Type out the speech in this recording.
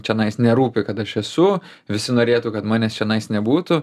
čionais nerūpi kad aš esu visi norėtų kad manęs čionais nebūtų